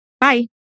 Bye